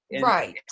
Right